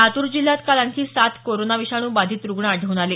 लातूर जिल्ह्यात काल आणखी सात कोरोना विषाणू बाधित रुग्ण आढळून आले